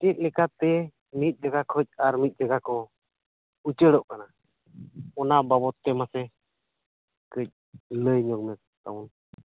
ᱪᱮᱫ ᱞᱮᱠᱟ ᱛᱮ ᱢᱤᱫ ᱡᱟᱭᱜᱟ ᱠᱷᱚᱱ ᱟᱨ ᱢᱤᱫ ᱡᱟᱭᱜᱟ ᱠᱚ ᱩᱪᱟᱹᱲᱚᱜ ᱠᱟᱱᱟ ᱚᱱᱟ ᱵᱟᱵᱚᱛᱮ ᱢᱟᱥᱮ ᱠᱟᱹᱡ ᱞᱟᱹᱭ ᱧᱚᱜᱢᱮ ᱛᱟᱵᱚᱱ